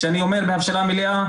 כשאני אומר הבשלה מלאה,